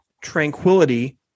tranquility